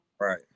right